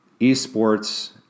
Esports